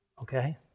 okay